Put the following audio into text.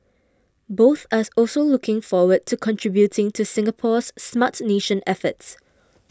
both are also looking forward to contributing to Singapore's Smart Nation efforts